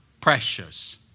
precious